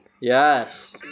Yes